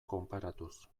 konparatuz